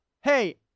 hey